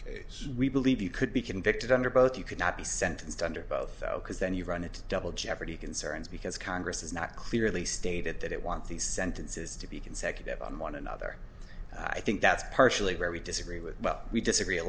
case we believe you could be convicted under both you could not be sentenced under both because then you run into double jeopardy concerns because congress is not clearly stated that it wants these sentences to be consecutive on one another i think that's partially where we disagree with we disagree a